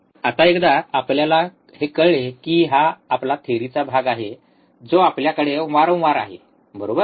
आता एकदा आपल्याला हे कळले की हा आपला थेरीचा भाग आहे जो आपल्याकडे वारंवार आहे बरोबर